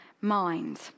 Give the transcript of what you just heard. mind